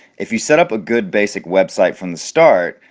if you set up a good basic website from the start,